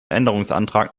änderungsantrag